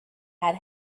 had